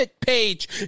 page